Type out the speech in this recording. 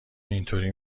اینطوری